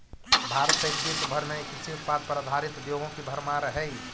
भारत सहित विश्व भर में कृषि उत्पाद पर आधारित उद्योगों की भरमार हई